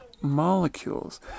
molecules